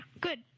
Good